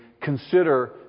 consider